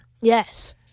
Yes